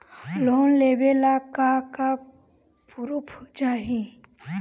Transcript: Loan लेबे ला का का पुरुफ लागि?